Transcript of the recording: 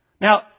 now